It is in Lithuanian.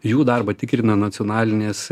jų darbą tikrina nacionalinis